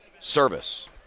service